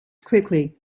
quickly